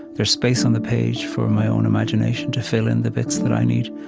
there's space on the page for my own imagination to fill in the bits that i need,